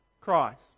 Christ